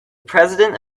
president